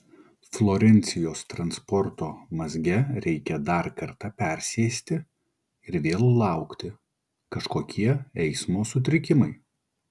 florencijos transporto mazge reikia dar kartą persėsti ir vėl laukti kažkokie eismo sutrikimai